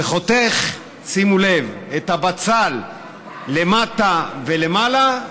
שחותך, שימו לב, את הבצל למטה ולמעלה,